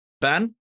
Ben